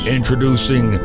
Introducing